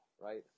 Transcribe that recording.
right